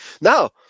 Now